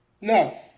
No